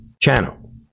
channel